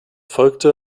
folgte